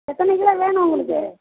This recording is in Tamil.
எத்தனை கிலோ வேணும் உங்களுக்கு